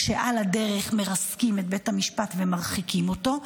כשעל הדרך מרסקים את בית המשפט ומרחיקים אותו.